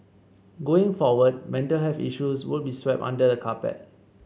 going forward mental health issues won't be swept under the carpet